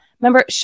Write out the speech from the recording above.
remember